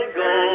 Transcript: go